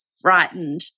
frightened